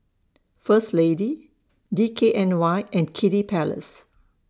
First Lady D K N Y and Kiddy Palace